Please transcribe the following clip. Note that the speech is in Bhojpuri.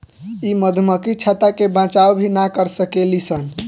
इ मधुमक्खी छत्ता के बचाव भी ना कर सकेली सन